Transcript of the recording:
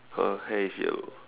her hair is yellow